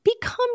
become